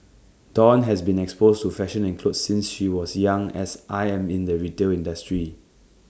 dawn has been exposed to fashion and clothes since she was young as I am in the retail industry